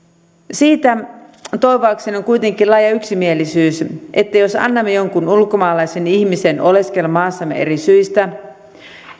siitä toivoakseni on kuitenkin laaja yksimielisyys että jos annamme jonkun ulkomaalaisen ihmisen oleskella maassamme eri syistä